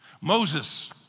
Moses